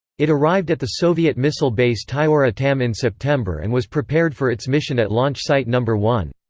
it arrived at the soviet missile base tyura-tam in september and was prepared for its mission at launch site number one.